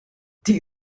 die